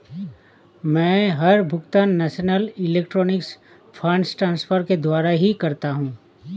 मै हर भुगतान national electronic funds transfer के द्वारा ही करता हूँ